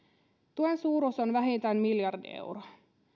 tuen suuruus on vähintään miljardi euroa